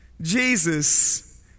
Jesus